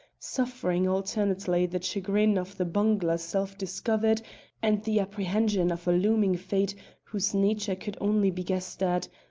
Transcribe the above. suffering alternately the chagrin of the bungler self-discovered and the apprehension of a looming fate whose nature could only be guessed at,